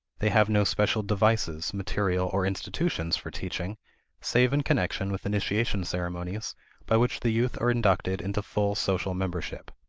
they have no special devices, material, or institutions for teaching save in connection with initiation ceremonies by which the youth are inducted into full social membership.